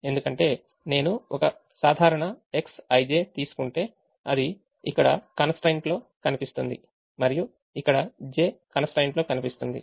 ఎందుకంటే నేను ఒక సాధారణ Xij తీసుకుంటే అది ఇక్కడ constraint లో కనిపిస్తుంది మరియు ఇక్కడ j constraint లో కనిపిస్తుంది